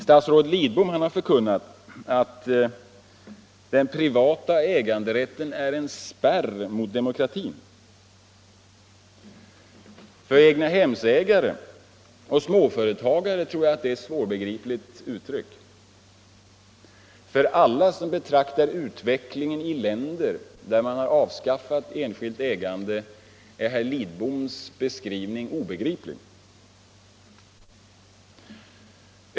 Statsrådet Lidbom har förkunnat att den privata äganderätten är ”en spärr mot demokratin”. För egnahemsägare och småföretagare är det ett svårförståeligt uttalande. För alla som betraktar utvecklingen i länder där man har avskaffat enskilt ägande är herr Lidboms beskrivning obegriplig.